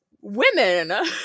women